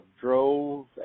drove